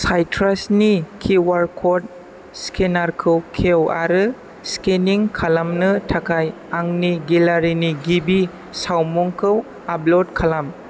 साइट्रासनि Q R code स्केनारखौ खेव आरो स्केनिं खालामनो थाखाय आंनि गेलारिनि गिबि सावमुंखौ आप्ल'ड खालाम